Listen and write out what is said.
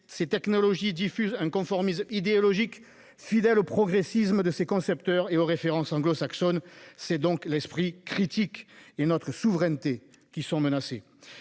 ces technologies diffusent un conformisme idéologique fidèle au progressisme de ses concepteurs et aux références anglo-saxonnes. C'est donc l'esprit critique et notre souveraineté qui sont menacés.